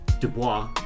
Dubois